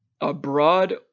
abroad